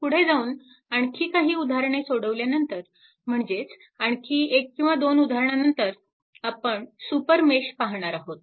पुढे जाऊन आणखी काही उदाहरणे सोडवल्यानंतर म्हणजेच आणखी 1 किंवा 2 उदाहरणानंतर आपण सुपर मेश पाहणार आहोत